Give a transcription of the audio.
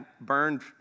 burned